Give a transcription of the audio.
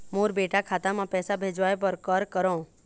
मोर बेटा खाता मा पैसा भेजवाए बर कर करों?